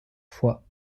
foix